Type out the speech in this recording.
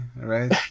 right